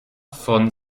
von